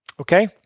okay